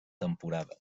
temporada